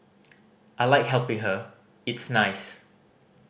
I like helping her it's nice